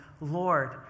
Lord